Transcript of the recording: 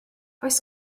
oes